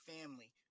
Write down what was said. family